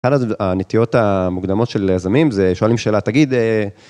הנטיות המוקדמות של יזמים, זה שואלים שאלה, תגיד...